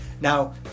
now